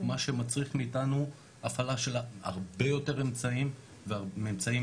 מה שמצריך מאיתנו הפעלה של הרבה יותר אמצעים ואמצעים